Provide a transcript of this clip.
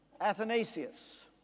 Athanasius